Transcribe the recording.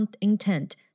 intent